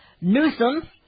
Newsom